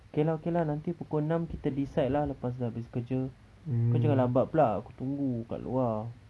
okay lah okay lah nanti pukul enam kita decide lah lepas dah habis kerja kau jangan lambat pula aku tunggu kat luar